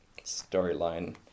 storyline